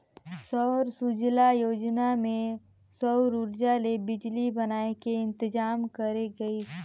सौर सूजला योजना मे सउर उरजा ले बिजली बनाए के इंतजाम करे गइस